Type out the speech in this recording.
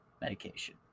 medication